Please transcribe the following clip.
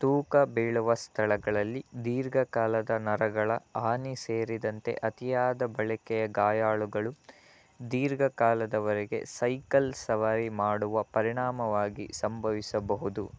ತೂಕ ಬೀಳುವ ಸ್ಥಳಗಳಲ್ಲಿ ದೀರ್ಘಕಾಲದ ನರಗಳ ಹಾನಿ ಸೇರಿದಂತೆ ಅತಿಯಾದ ಬಳಕೆಯ ಗಾಯಾಳುಗಳು ದೀರ್ಘಕಾಲದವರೆಗೆ ಸೈಕಲ್ ಸವಾರಿ ಮಾಡುವ ಪರಿಣಾಮವಾಗಿ ಸಂಭವಿಸಬಹುದು